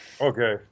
Okay